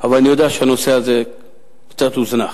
אבל אני יודע שהנושא הזה קצת הוזנח.